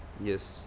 yes